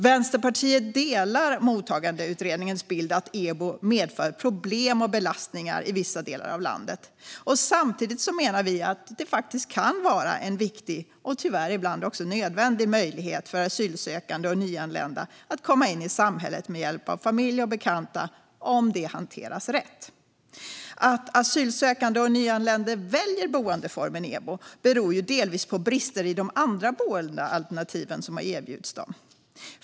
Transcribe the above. Vänsterpartiet delar Mottagandeutredningens bild att EBO medför problem och belastningar i vissa delar av landet. Samtidigt menar vi att det faktiskt kan vara en viktig, och tyvärr ibland också nödvändig, möjlighet för asylsökande och nyanlända att komma in i samhället med hjälp av familj och bekanta, om det hanteras rätt. Att asylsökande och nyanlända väljer boendeformen EBO beror delvis på brister i de andra boendealternativ som erbjuds dem.